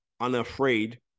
unafraid